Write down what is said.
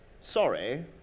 sorry